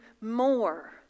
more